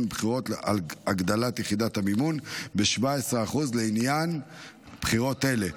בחירות על הגדלת יחידת המימון ב-17% לעניין בחירות אלה.